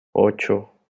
ocho